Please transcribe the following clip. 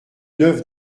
neuve